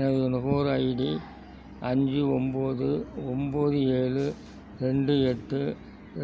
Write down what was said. எனது நுகர்வோர் ஐடி அஞ்சு ஒம்பது ஒம்பது ஏழு ரெண்டு எட்டு